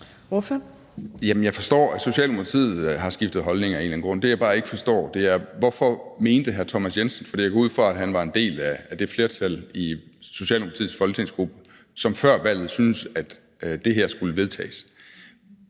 jeg forstår, at Socialdemokratiet af en eller anden grund har skiftet holdning. Det, jeg bare ikke forstår, er hvorfor. For jeg går ud fra, at hr. Thomas Jensen var en del af det flertal i Socialdemokratiets folketingsgruppe, som før valget syntes, at det her skulle vedtages.